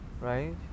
right